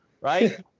right